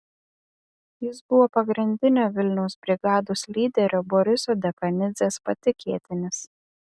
jis buvo pagrindinio vilniaus brigados lyderio boriso dekanidzės patikėtinis